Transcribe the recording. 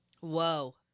Whoa